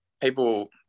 people